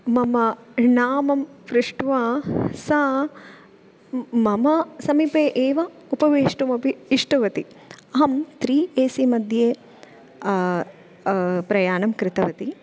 मम नामं पृष्ट्वा सा म् मम समीपे एव उपवेष्टुमपि इष्टवती अहं त्रि एसिमध्ये प्रयाणं कृतवती